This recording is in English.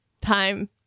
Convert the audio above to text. time